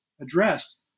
addressed